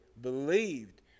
believed